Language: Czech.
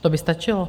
To by stačilo.